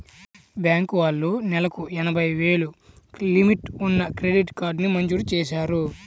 bank వాళ్ళు నెలకు ఎనభై వేలు లిమిట్ ఉన్న క్రెడిట్ కార్డుని మంజూరు చేశారు